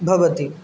भवति